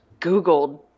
googled